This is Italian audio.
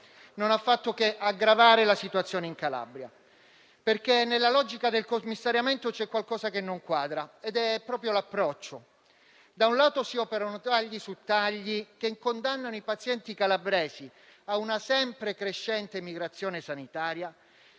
non ha fatto che aggravare la situazione in Calabria, perché nella logica del commissariamento c'è qualcosa che non quadra ed è proprio l'approccio. Da un lato, si operano tagli su tagli, che condannano i pazienti calabresi a una sempre crescente migrazione sanitaria,